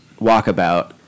Walkabout